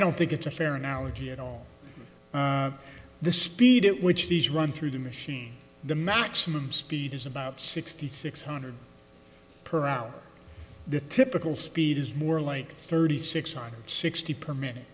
don't think it's a fair analogy at all the speed at which these run through the machine the maximum speed is about sixty six hundred per hour the typical speed is more like thirty six on sixty per mi